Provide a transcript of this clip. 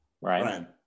Right